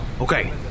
Okay